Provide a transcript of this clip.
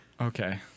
okay